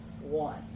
One